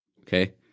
okay